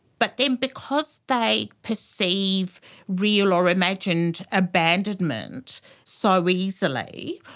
but then because they perceive real or imagined abandonment so easily,